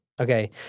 Okay